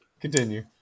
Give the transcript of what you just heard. Continue